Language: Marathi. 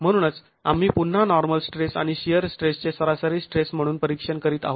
म्हणून आम्ही पुन्हा नॉर्मल स्ट्रेस आणि शिअर स्ट्रेसचे सरासरी स्ट्रेस म्हणून परीक्षण करीत आहोत